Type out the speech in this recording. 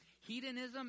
Hedonism